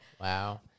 wow